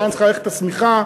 מה צריכה לכסות השמיכה,